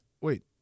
wait